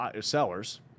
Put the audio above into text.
sellers